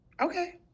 Okay